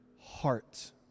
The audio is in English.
heart